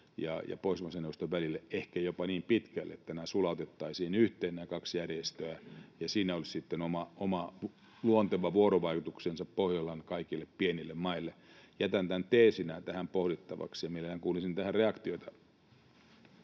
ja Pohjoismaiden neuvoston välille ehkä jopa niin pitkälle, että nämä kaksi järjestöä sulautettaisiin yhteen, ja siinä olisi sitten oma luonteva vuorovaikutuksensa Pohjolan kaikille pienille maille. Jätän tämän teesinä tähän pohdittavaksi. Mielellään kuulisin tähän reaktioita.